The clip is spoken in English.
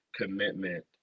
commitment